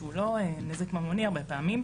שהוא לא נזק ממוני הרבה פעמים.